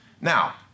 Now